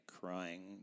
crying